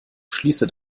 schließe